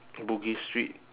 bugis street